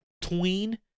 tween